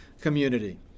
community